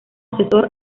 asesor